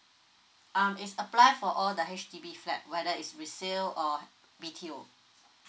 um is apply for all the H_D_B flat whether is resale or B_T_O